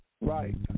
Right